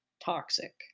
toxic